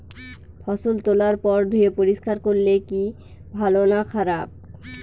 ফসল তোলার পর ধুয়ে পরিষ্কার করলে কি ভালো না খারাপ?